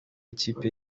ikipe